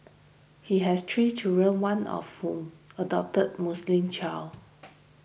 he has three children one of whom adopted Muslim child